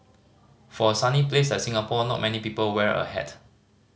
for a sunny place like Singapore not many people wear a hat